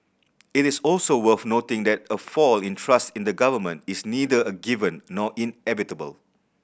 it is also worth noting that a fall in trust in the Government is neither a given nor inevitable